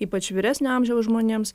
ypač vyresnio amžiaus žmonėms